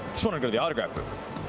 just want to go to the autograph booth.